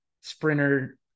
Sprinter